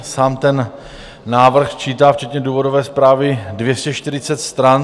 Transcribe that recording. Sám ten návrh čítá včetně důvodové zprávy 240 stran.